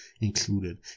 included